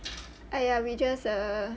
!aiya! we just err